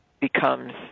becomes